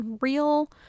real